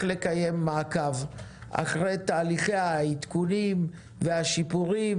לקיים מעקב אחרי תהליכי העדכונים והשיפורים,